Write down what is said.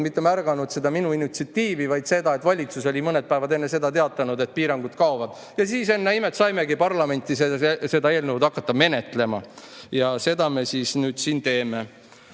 mitte märganud minu initsiatiivi, vaid seda, et valitsus oli mõned päevad enne seda teatanud, et piirangud kaovad. Ja siis, ennäe imet, saimegi parlamendis seda eelnõu hakata menetlema ja seda me siis nüüd siin teeme.